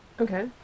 okay